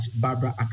Barbara